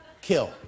Kill